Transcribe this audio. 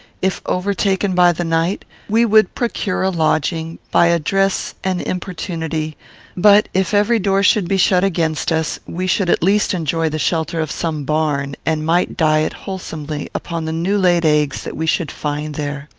if overtaken by the night, we would procure a lodging, by address and importunity but, if every door should be shut against us, we should at least enjoy the shelter of some barn, and might diet wholesomely upon the new-laid eggs that we should find there.